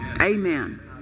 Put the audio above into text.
Amen